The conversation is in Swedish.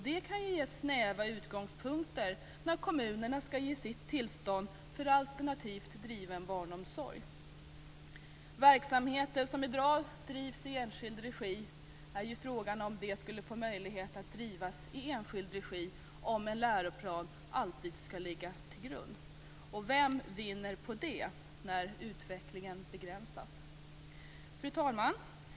Det kan ju ge snäva utgångspunkter när kommunerna skall ge sitt tillstånd för alternativt driven barnomsorg. Frågan är om de verksamheter som i dag drivs i enskild regi skulle få möjlighet till det om en läroplan alltid skall ligga till grund för verksamheten. Och vem vinner på det när utvecklingen begränsas? Fru talman!